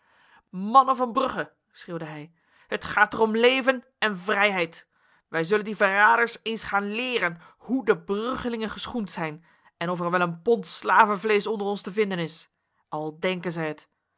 mannen van brugge schreeuwde hij het gaat er om leven en vrijheid wij zullen die verraders eens gaan leren hoe de bruggelingen geschoend zijn en of er wel een pond slavenvlees onder ons te vinden is al denken zij het